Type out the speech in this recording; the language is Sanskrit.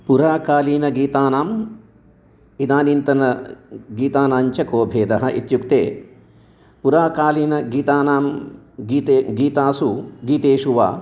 पुराकालीनगीतानां इदानीन्तन गीतानाञ्च को भेदः इत्युक्ते पुराकालीनगीतानां गीतेषु गीतेषु गीतेषु वा